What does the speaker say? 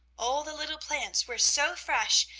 all the little plants were so fresh,